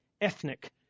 ethnic